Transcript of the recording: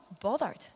bothered